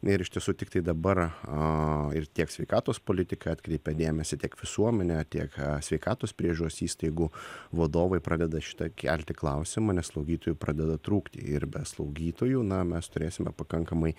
ir iš tiesų tiktai dabar a ir tiek sveikatos politika atkreipė dėmesį tiek visuomenė tiek sveikatos priežiūros įstaigų vadovai pradeda šitą kelti klausimą nes slaugytojų pradeda trūkti ir be slaugytojų na mes turėsime pakankamai